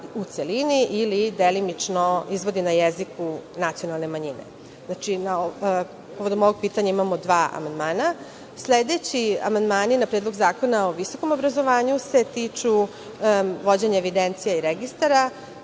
u celini ili delimično izvodi na jeziku nacionalne manjine. Znači, povodom ovog pitanja imamo dva amandmana. Sledeći amandmani na Predlog zakona o visokom obrazovanju se tiču vođenja evidencije i registara.